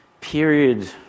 period